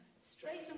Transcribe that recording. straight